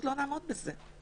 לא נעמוד בזה,